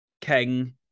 King